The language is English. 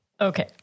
Okay